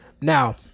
Now